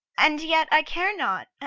and yet i care not.